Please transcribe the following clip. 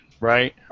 right